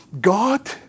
God